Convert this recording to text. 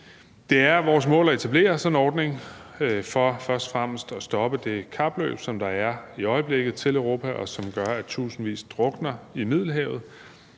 Det er vores mål at etablere sådan en ordning for først og fremmest at stoppe det kapløb til Europa, som der er i øjeblikket, og som gør, at tusindvis drukner i Middelhavet.